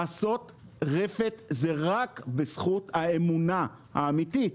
לעשות רפת זה רק בזכות האמונה האמיתית,